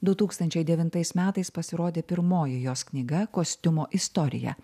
du tūkstančiai devintais metais pasirodė pirmoji jos knyga kostiumo istorija